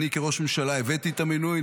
אני כראש ממשלה הבאתי את המינוי.